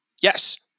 yes